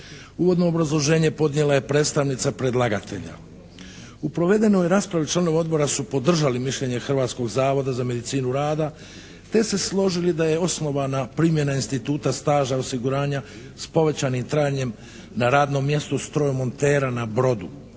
Uvodno obrazloženje podnijela je predstavnica predlagatelja. U provedenoj raspravi članovi Odbora su podržali mišljenje Hrvatskog zavoda za medicinu rada te se složili da je osnovana primjena instituta staža osiguranja s povećanim trajanjem na radnom mjestu strojomontera na brodu.